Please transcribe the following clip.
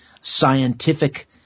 scientific